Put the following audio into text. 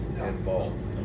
involved